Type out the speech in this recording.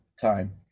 time